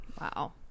Wow